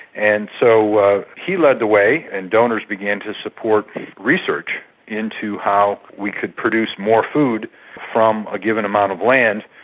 and so he led the way and donors began to support research into how we could produce more food from a given amount of land,